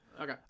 okay